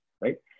right